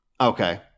Okay